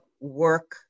work